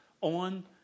on